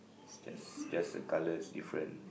it's just just a colour difference